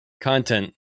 content